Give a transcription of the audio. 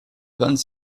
vingt